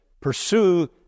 pursue